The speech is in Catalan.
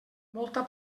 molta